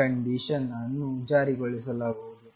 condition ಅನ್ನು ಜಾರಿಗೊಳಿಸಲಾಗುವುದು